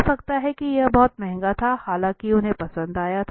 हो सकता है कि यह बहुत महंगा था हालांकि उन्हें पसंद आया था